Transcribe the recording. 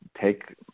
take